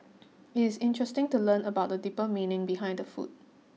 it is interesting to learn about the deeper meaning behind the food